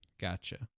gotcha